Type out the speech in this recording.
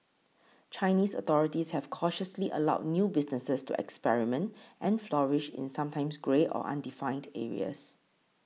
Chinese authorities have cautiously allowed new businesses to experiment and flourish in sometimes grey or undefined areas